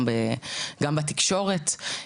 גם בתקשורת.